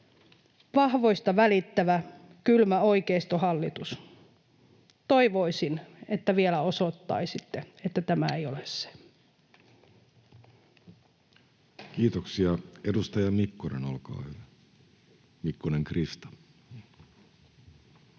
Vahvoista välittävä, kylmä oikeistohallitus. Toivoisin, että vielä osoittaisitte, että tämä ei ole se. Kiitoksia. — Edustaja Mikkonen, olkaa hyvä, Mikkonen, Krista. Arvoisa